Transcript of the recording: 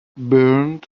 burned